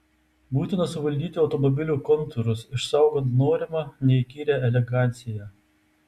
būtina suvaldyti automobilio kontūrus išsaugant norimą neįkyrią eleganciją